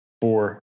four